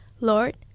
Lord